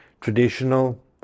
traditional